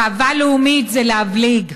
גאווה לאומית זה להבליג,